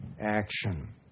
action